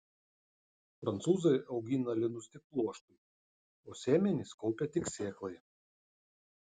prancūzai augina linus tik pluoštui o sėmenis kaupia tik sėklai